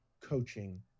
coaching